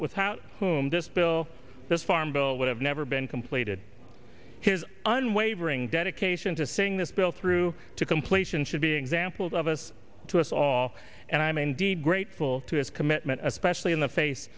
without whom this bill this farm bill would have never been completed his unwavering debt is haitians are saying this bill through to completion should be examples of us to us all and i am indeed grateful to his commitment especially in the face